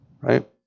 right